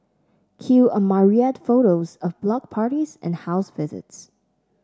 cue a myriad photos of block parties and house visits